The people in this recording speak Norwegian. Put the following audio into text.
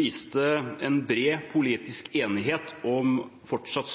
viste en bred politisk enighet om fortsatt